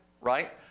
right